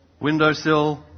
Windowsill